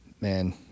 man